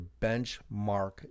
benchmark